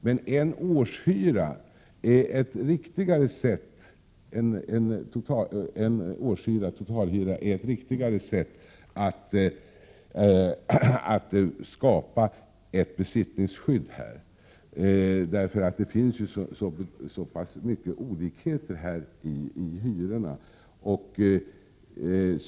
Men att föreskriva att en ersättning motsvarande en årshyra skall utgå är ett riktigare sätt att skapa ett besittningsskydd, eftersom det finns så pass många olikheter i fråga om hyrorna.